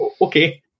Okay